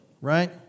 Right